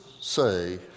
say